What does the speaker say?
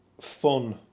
fun